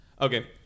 Okay